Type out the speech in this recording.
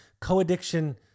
Co-addiction